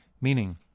meaning